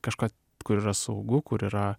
kažką kur yra saugu kur yra